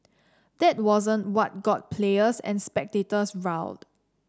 that wasn't what got players and spectators riled